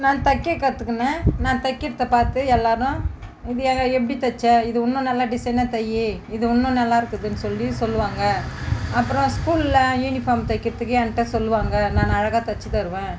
நான் தைக்க கற்றுக்கின்னேன் நான் தைக்கிறத பார்த்து எல்லோரும் இது எப்படி தச்ச இதை இன்னும் நல்லா டிசைனா தை இது இன்னும் நல்லாருக்குதுன்னு சொல்லி சொல்லுவாங்கள் அப்புறம் ஸ்கூலில் யூனிஃபார்ம் தைக்கிறதுக்கு என்கிட்ட சொல்லுவாங்கள் நான் அழகா தச்சு தருவேன்